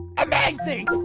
amazing.